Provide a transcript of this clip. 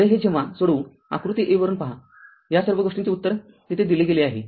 पुढे हे जेव्हा सोडवू आकृती a वरून पहा या या सर्व गोष्टींचे उत्तर दिले गेले आहे